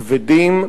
כבדים,